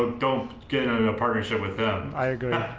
ah don't get in a partnership with them. i agree.